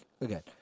again